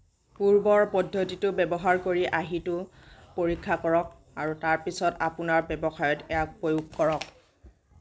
পূৰ্বৰ পদ্ধতিটো ব্যৱহাৰ কৰি আৰ্হিটো পৰীক্ষা কৰক আৰু তাৰ পিছত আপোনাৰ ব্যৱসায়ত ইয়াক প্ৰয়োগ কৰক